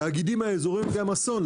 התאגידים האזוריים הם אסון.